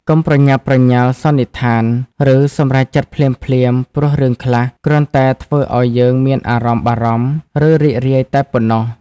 កុំប្រញាប់ប្រញាល់សន្និដ្ឋាន ឬសម្រេចចិត្តភ្លាមៗ ព្រោះរឿងខ្លះ គ្រាន់តែធ្វើអោយយើងមានអារម្មណ៍បារម្ភ ឬរីករាយតែប៉ុណ្ណោះ។